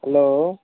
hello